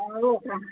हो का